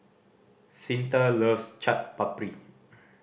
Cyntha loves Chaat Papri